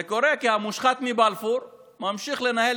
זה קורה כי המושחת מבלפור ממשיך לנהל